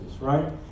right